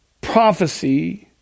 prophecy